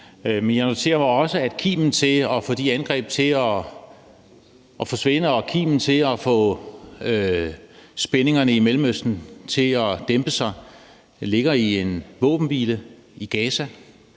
Jeg noterer mig også, at kimen til at få de angreb til at forsvinde og kimen til at få spændingerne i Mellemøsten til at dæmpe sig, ligger i en våbenhvile i Gaza.